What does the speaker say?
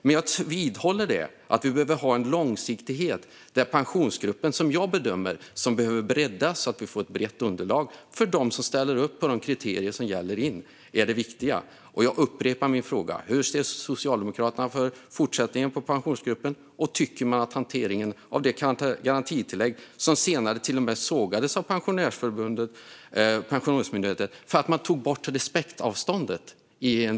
Men jag vidhåller att vi behöver ha långsiktighet. Där är Pensionsgruppen - som jag bedömer behöver breddas så att vi får ett brett underlag för dem som ställer upp på de kriterier som gäller - det viktiga. Jag upprepar min fråga. Hur ser Socialdemokraterna på fortsättningen för Pensionsgruppen, och vad tycker man om hanteringen av det garantitillägg som senare till och med sågades av Pensionsmyndigheten för att man i viss grad tog bort respektavståndet?